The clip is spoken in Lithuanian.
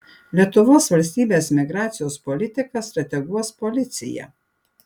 lietuvos valstybės migracijos politiką strateguos policija